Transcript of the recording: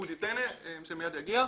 אודי טנא שמייד יגיע,